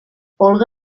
olga